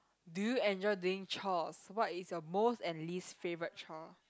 do you enjoy doing chores what is your most and least favourite chore